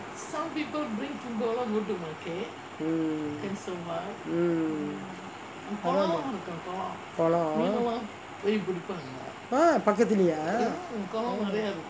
mm குளம்:kulam a'ah பக்கதுலயா:pakathulayaa